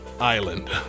Island